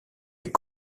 est